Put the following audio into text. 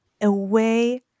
away